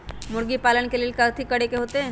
मुर्गी पालन ले कि करे के होतै?